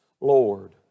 Lord